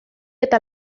eta